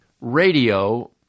radio